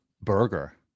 burger